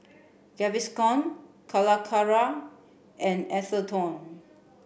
Gaviscon Calacara and Atherton